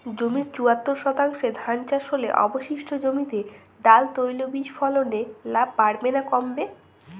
জমির চুয়াত্তর শতাংশে ধান চাষ হলে অবশিষ্ট জমিতে ডাল তৈল বীজ ফলনে লাভ বাড়বে না কমবে?